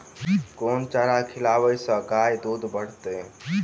केँ चारा खिलाबै सँ गाय दुध बढ़तै?